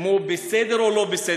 אם הוא בסדר או לא בסדר,